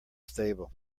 stable